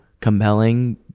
compelling